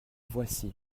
voici